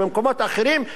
במקומות אחרים,